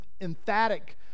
emphatic